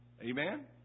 Amen